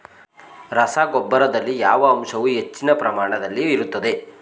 ರಸಗೊಬ್ಬರದಲ್ಲಿ ಯಾವ ಅಂಶವು ಹೆಚ್ಚಿನ ಪ್ರಮಾಣದಲ್ಲಿ ಇರುತ್ತದೆ?